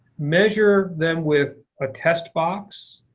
measure them with a test box.